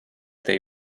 they